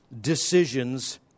decisions